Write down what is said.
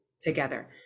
together